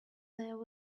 there